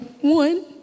one